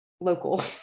local